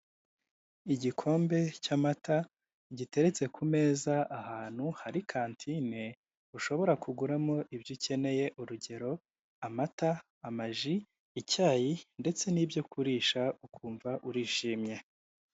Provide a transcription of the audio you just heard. Igikombe cy'amata giteretse ku meza ahantu hari kantine ushobora kuguramo ibyo ukeneye urugero amata, amaji, icyayi ndetse n'ibyo kurisha ukumva urishimye.